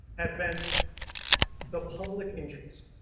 have been the public interest